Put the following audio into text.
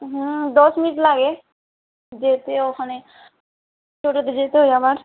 হ্যাঁ দশ মিনিট লাগে যেতে ওখানে টোটোতে যেতে হয় আবার